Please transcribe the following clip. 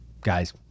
guys